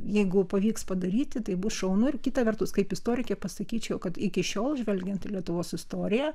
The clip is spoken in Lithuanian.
jeigu pavyks padaryti tai bus šaunu ir kita vertus kaip istorikė pasakyčiau kad iki šiol žvelgiant į lietuvos istoriją